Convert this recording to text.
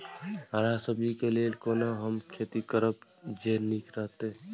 हरा सब्जी के लेल कोना हम खेती करब जे नीक रहैत?